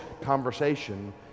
conversation